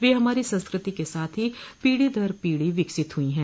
वह हमारी संस्कृति के साथ ही पीढ़ी दर पीढ़ी विकसित हुई है